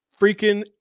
freaking